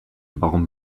warum